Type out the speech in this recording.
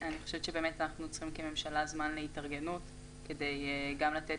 כממשלה אנחנו צריכים זמן להתארגנות כדי לתת